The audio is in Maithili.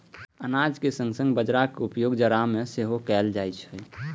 अनाजक संग संग बाजारा के उपयोग चारा मे सेहो कैल जाइ छै